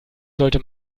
sollte